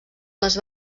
les